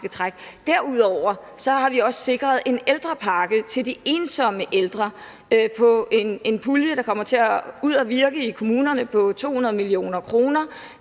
Derudover har vi også sikret en ældrepakke til de ensomme ældre gennem en pulje, der kommer ud og virke i kommunerne, på 200 mio. kr.